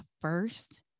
first